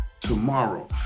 tomorrow